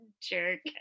jerk